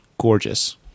gorgeous